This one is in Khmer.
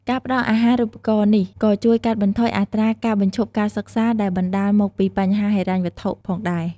ការផ្ដល់អាហារូបករណ៍នេះក៏ជួយកាត់បន្ថយអត្រាការបញ្ឈប់ការសិក្សា ដែលបណ្ដាលមកពីបញ្ហាហិរញ្ញវត្ថុផងដែរ។